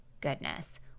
goodness